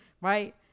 Right